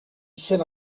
ixen